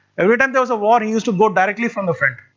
every time there is a war he used to go directly from the front.